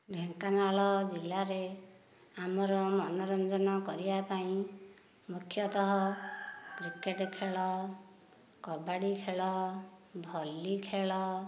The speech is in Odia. ଢେଙ୍କାନାଳ ଜିଲ୍ଲାରେ ଆମର ମନୋରଞ୍ଜନ କରିବାପାଇଁ ମୁଖ୍ୟତଃ କ୍ରିକେଟ ଖେଳ କବାଡ଼ି ଖେଳ ଭଲି ଖେଳ